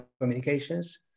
communications